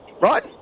right